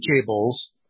cables